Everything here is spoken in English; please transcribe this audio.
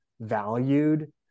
valued